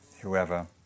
whoever